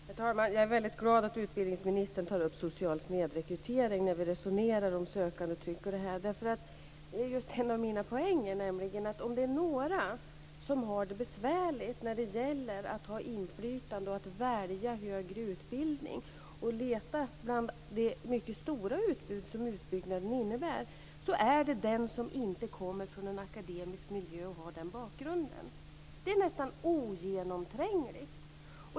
Herr talman! Jag är väldigt glad över att utbildningsministern tar upp social snedrekrytering när vi resonerar om sökandetryck. En av mina poänger är nämligen att om det är några som har det besvärligt när det gäller att ha inflytande, att välja högre utbildning och att leta i det mycket stora utbud som utbyggnaden innebär så är det de som inte kommer från en akademisk miljö och har den bakgrunden. Det är nästan ogenomträngligt.